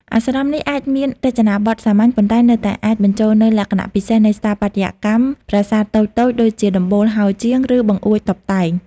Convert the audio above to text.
អាស្រមនេះអាចមានរចនាបថសាមញ្ញ ប៉ុន្តែនៅតែអាចបញ្ចូលនូវលក្ខណៈពិសេសនៃស្ថាបត្យកម្មប្រាសាទតូចៗ ដូចជាដំបូលហោជាង ឬបង្អួចតុបតែង។